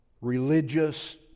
religious